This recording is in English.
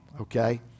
Okay